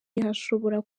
ntihashobora